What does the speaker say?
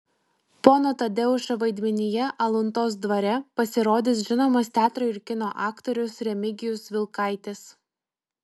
pono tadeušo vaidmenyje aluntos dvare pasirodys žinomas teatro ir kino aktorius remigijus vilkaitis